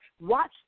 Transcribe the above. watch